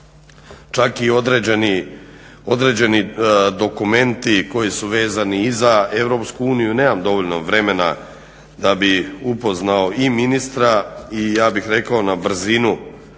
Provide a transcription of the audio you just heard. čak i određeni dokumenti koji su vezani i za Europsku uniju. Nemam dovoljno vremena da bi upoznao i ministra i ja bih rekao na brzinu